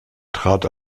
trat